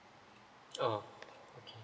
oh okay